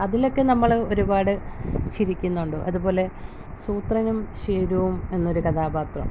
അതിലക്കെ നമ്മൾ ഒരുപാട് ചിരിക്കുന്നുണ്ട് അതു പോലെ സൂത്രനും ശേരുവും എന്നൊരു കഥാപാത്രം